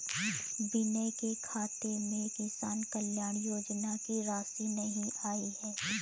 विनय के खाते में किसान कल्याण योजना की राशि नहीं आई है